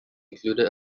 included